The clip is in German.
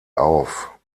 auf